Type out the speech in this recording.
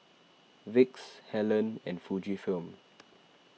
Vicks Helen and Fujifilm